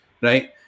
right